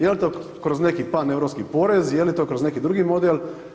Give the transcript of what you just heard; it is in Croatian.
Jel to kroz neki pan europski porez, je li to kroz neki drugi model?